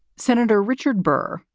senator richard burr,